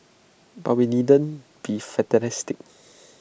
but we needn't be fatalistic